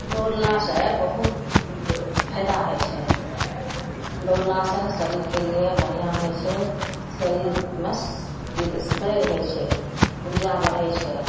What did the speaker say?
दौड़लासे बहुत फायदा होइ छै दौड़लासे शरीरके लिए बढ़िआँ होइ छै शरीरमे से सही रहै छै उर्जा बढ़ै छै